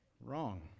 Wrong